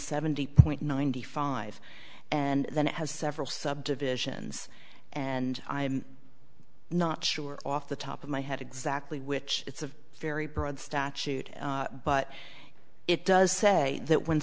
seventy point ninety five and then it has several subdivisions and i'm not sure off the top of my head exactly which it's a very broad statute but it does say that when